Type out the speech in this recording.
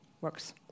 Works